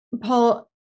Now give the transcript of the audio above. Paul